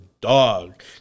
dog